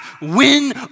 win